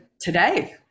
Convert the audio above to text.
today